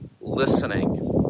listening